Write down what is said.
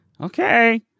Okay